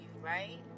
right